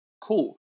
Cool